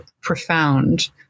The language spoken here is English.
profound